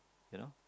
you know